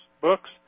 books